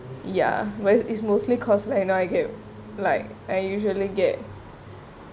ya where is mostly cause like I know I get like I usually get